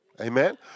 Amen